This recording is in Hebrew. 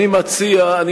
אתה ממציא אותם.